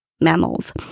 mammals